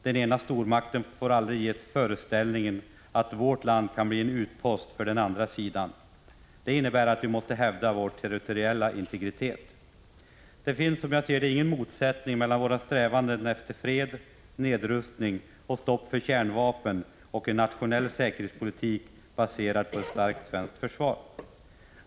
Den ena stormakten får aldrig ges föreställningen att vårt land kan bli en utpost för den andra sidan. Det innebär att vi måste hävda vår territoriella integritet. Det finns alltså ingen motsättning mellan våra strävanden efter fred, nedrustning och stopp för kärnvapen och en nationell säkerhetspolitik, baserad på ett starkt svenskt försvar.